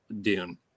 Dune